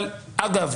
אגב,